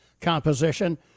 composition